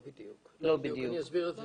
לא בדיוק, אני אסביר את זה.